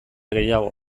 gehiago